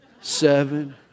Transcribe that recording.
seven